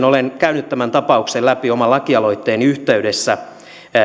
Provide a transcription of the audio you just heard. olen käynyt tämän tapauksen läpi oman lakialoitteeni yhteydessä